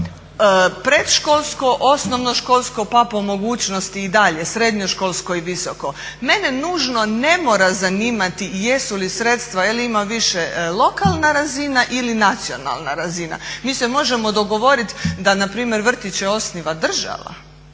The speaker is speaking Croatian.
predškolsko, osnovnoškolsko pa po mogućnosti i dalje srednjoškolsko i visoko. Mene nužno ne mora zanimati jesu li sredstva, je li ima više lokalna razina ili nacionalna razina. Mi se možemo dogovoriti da npr. vrtiće osniva država